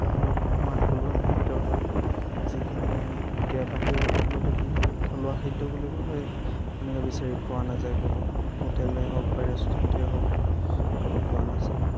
ধৰক আমাৰ থলুৱা খাদ্য যিখিনি এতিয়া বাহিৰৰ দেশত গ'লে কি হয় থলুৱা খাদ্য বুলিবলৈ তেনেকে বিচাৰি পোৱা নাযায় ক'তো হোটেলেই হওক বা ৰেষ্টুৰেণ্টেই হওক ক'তো পোৱা নাযায়